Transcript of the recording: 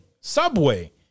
Subway